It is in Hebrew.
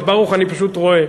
את ברוך אני פשוט רואה.